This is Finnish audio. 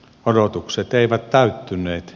odotukset eivät täyttyneet